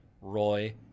Roy